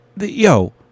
Yo